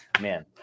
man